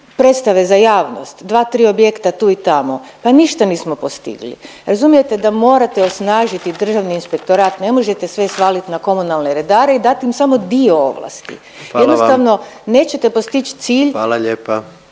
predstave za javnost, dva tri objekta tu i tamo, pa ništa nismo postigli. Razumijete da morate osnažiti Državni inspektorat, ne možete sve svaliti na komunalne redare i dati im samo dio ovlasti. …/Upadica predsjednik: Hvala vam./…